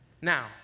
Now